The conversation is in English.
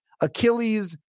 Achilles